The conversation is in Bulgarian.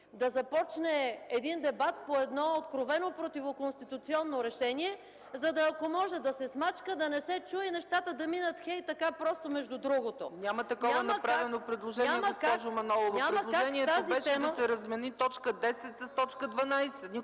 да започне един дебат по едно откровено противоконституционно решение, тоест ако може да се смачка, да не се чуе и нещата да минат, хей така просто, между другото. ПРЕДСЕДАТЕЛ ЦЕЦКА ЦАЧЕВА: Няма такова направено предложение, госпожо Манолова. Предложението беше да се размени точка десета с